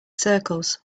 circles